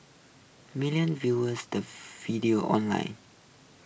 millions viewers the video online